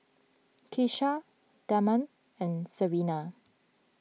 Keesha Damond and Serena